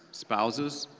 spouses,